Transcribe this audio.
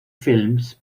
films